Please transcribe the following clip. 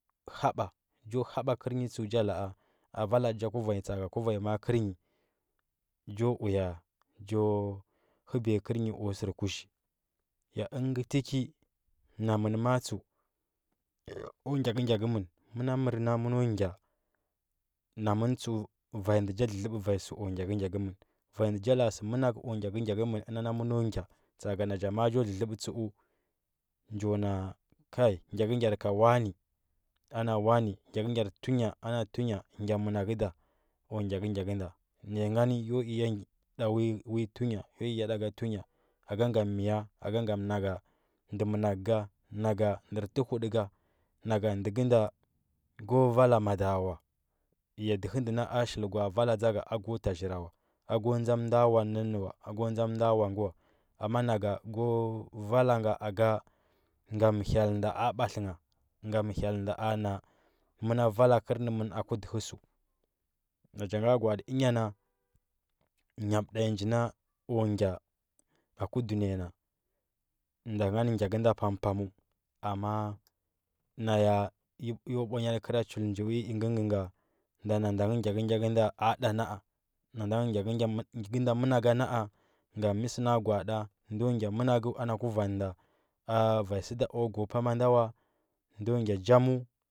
Haba njo haba kərnyi tsəu nja la, a a vala ten ja kuvan nyi tsa, akar kuvan nyi ma. a kər nyi njo uya njo həbiya kər nyi o sər kuzhi ya ən ngə tikə na mən ma. a tsəu ku gyakə gyakəmən məna mər na məno gya mnamə tsəu vanyi nɗə cha lələba va nya səu ku gyakə gyakəmən, va nyi nde nja la, a səu manak uku gyakəgyakəmən əna məno gya na cha ma. a cho lələba tsəu njo na kai gyakə gyar ka ucani ana wani gyakəgyar ka tuma ana tu nya gya mənakə da ku gyakəgykə nɗa, naya ngani yo i ya ɗo uvi tu nya yo i ya da ga tu nya aka ngan miv, aka ngam nan ga ndə mənakə ka naka ndər təhudəu ka naka ndə ka nda ko vala ad awa dəhə ndə na a shili gwa, a vala ndza nga aku tazhira wo, a ko ndzam ndora wanə nənnə wa, aku ndzam ndara ngə wo amma naghni go vala nga aka ngawu hyel nda a batli gha nga hye- nɗa ana məna vala kərnəmən aku dəhə səu nan ja gwa, ati ənya na nyab tu nyi nji na kwa gya aku ɗunəya nan ɗa ngani gyakənda pampaməu amma naya yo bwaraya tə kəra chuli njo vui inga nda nan da ingə gyakəgyakə nda a ɗa na. a nan da nge gyakə nda manakə na. a ngam miə sə na gwaata ndo gya manakə ana kuvanda a va nya sə da kwa gwa ku bama nda wan ɗo gya njamzu.